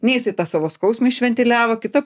nei jisai tą savo skausmą išventiliavo kita